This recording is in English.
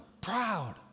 proud